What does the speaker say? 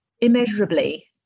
immeasurably